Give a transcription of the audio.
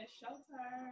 shelter